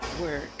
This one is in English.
work